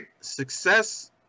Success